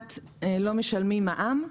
שבאילת לא משלמים מע"מ,